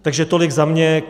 Takže tolik za mě.